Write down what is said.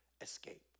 Escape